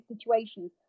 situations